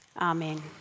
Amen